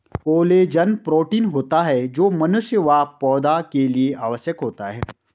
collagen protein होता है जो मनुष्य व पौधा के लिए आवश्यक होता है